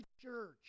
church